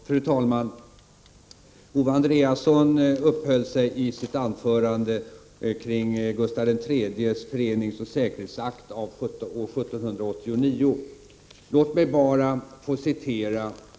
Fru talman! Owe Andréasson uppehöll sig i sitt anförande kring Gustav III:s föreningsoch säkerhetsakt av år 1789.